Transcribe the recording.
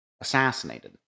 assassinated